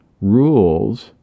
Rules